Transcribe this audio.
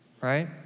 right